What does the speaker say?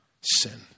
sin